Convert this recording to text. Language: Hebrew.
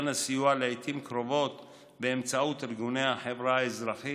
הסיוע ניתן לעיתים קרובות באמצעות ארגוני החברה האזרחית,